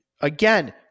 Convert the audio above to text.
again